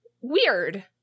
weird